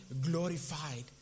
glorified